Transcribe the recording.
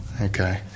Okay